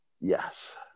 Yes